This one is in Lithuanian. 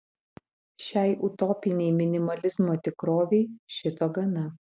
šiai utopinei minimalizmo tikrovei šito gana